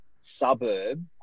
suburb